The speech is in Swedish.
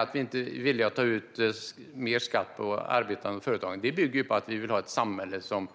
Att vi inte är villiga att ta ut mer skatt på arbete och företagande bygger på att vi vill ha ett samhälle som